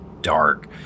dark